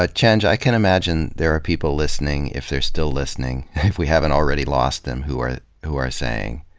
ah chenj, i can imagine there are people listening if they're still listening, if we haven't already lost them who are who are saying,